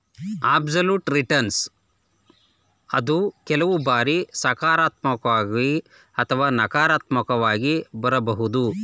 absolute return ಅದು ಕೆಲವು ಬಾರಿ ಸಕಾರಾತ್ಮಕವಾಗಿ ಅಥವಾ ನಕಾರಾತ್ಮಕವಾಗಿ ಬರಬಹುದು